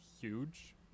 huge